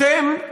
אתם,